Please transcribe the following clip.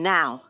Now